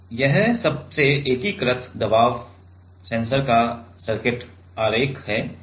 यह सबसे एकीकृत दबाव सेंसर का सर्किट आरेख है